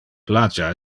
plagia